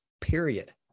period